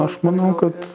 aš manau kad